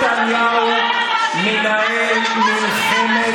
נתניהו מנהל מלחמת